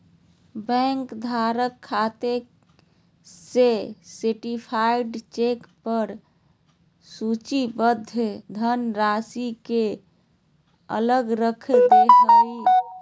bank धारक के खाते में सर्टीफाइड चेक पर सूचीबद्ध धनराशि के अलग रख दे हइ